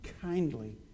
kindly